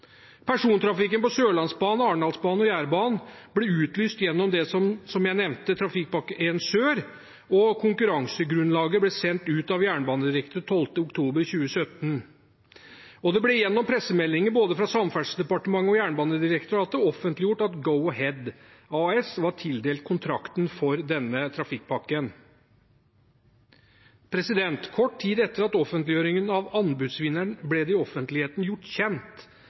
Persontrafikken på Sørlandsbanen, Arendalsbanen og Jærbanen ble utlyst, som jeg nevnte, gjennom Trafikkpakke 1 Sør, og konkurransegrunnlaget ble sendt ut av Jernbanedirektoratet 12. oktober 2017. Det ble i pressemeldinger, fra både Samferdselsdepartementet og Jernbanedirektoratet, offentliggjort at Go-Ahead AS var tildelt kontrakten for denne trafikkpakken. Kort tid etter offentliggjøringen av anbudsvinneren ble det i offentligheten gjort kjent